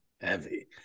Heavy